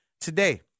today